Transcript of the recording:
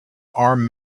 armed